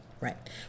Right